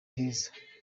heza